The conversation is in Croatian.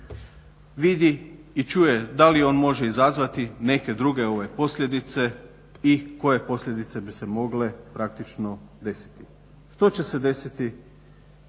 vidi i čuje da li on može izazvati neke druge posljedice i koje posljedice bi se mogle praktično desiti. Što će se desiti